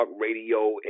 radio